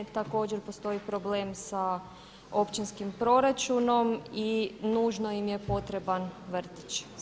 Također postoji problem sa općinskim proračunom i nužno im je potreban vrtić.